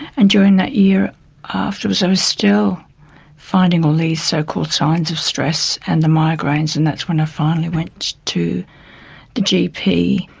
and during that year afterwards i was still finding all these so-called signs of stress and the migraines, and that's when i finally went to the gp,